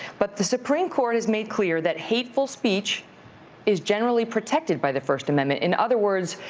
but the supreme court has made clear that hateful speech is generally protected by the first amendment. in other words,